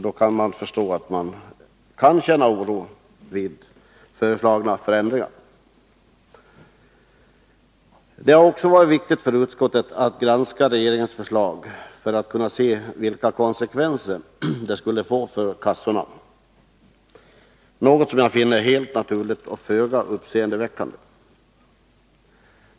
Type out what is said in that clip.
Det är förståeligt att de kan känna oro inför förändringar. Vidare har det varit viktigt för utskottet att granska regeringens förslag för att kunna se vilka konsekvenser det skulle kunna få för kassorna, något som jag finner helt naturligt och föga uppseendeväckande.